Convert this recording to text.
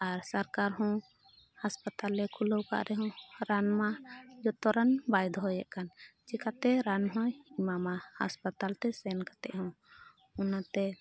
ᱟᱨ ᱥᱚᱨᱠᱟᱨ ᱦᱚᱸ ᱦᱟᱥᱯᱟᱛᱟᱞᱮ ᱠᱷᱩᱞᱟᱹᱣ ᱠᱟᱜ ᱨᱮᱦᱚᱸ ᱨᱟᱱ ᱢᱟ ᱡᱚᱛᱚ ᱨᱟᱱ ᱵᱟᱭ ᱫᱚᱦᱚᱭᱮᱫ ᱠᱟᱱ ᱪᱤᱠᱟᱹᱛᱮ ᱨᱟᱱ ᱦᱚᱸᱭ ᱮᱢᱟᱢᱟ ᱦᱟᱥᱯᱟᱛᱟᱞ ᱛᱮ ᱥᱮᱱ ᱠᱟᱛᱮ ᱦᱚᱸ ᱚᱱᱟᱛᱮ